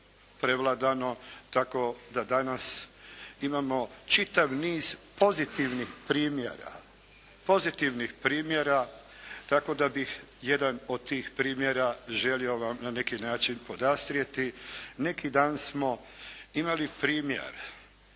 prevladano tako da danas imamo čitav niz pozitivnih primjera tako da bih jedan od tih primjera želio vam na neki način podastrijeti. Neki dan smo imali primjer